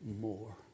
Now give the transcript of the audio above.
more